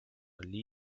lee